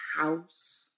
house